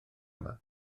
yma